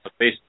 Facebook